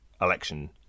election